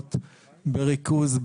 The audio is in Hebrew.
להפרעות בריכוז,